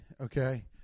Okay